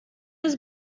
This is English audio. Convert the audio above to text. was